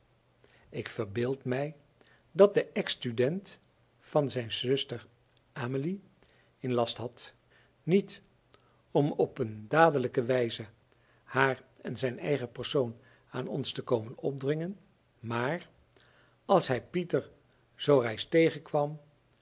ik verbeeld mij dat de ex student van zijn zuster amelie in last had niet om op een dadelijke wijze haar en zijn eigen persoon aan ons te komen opdringen maar als hij pieter zoo reis tegenkwam